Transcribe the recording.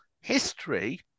history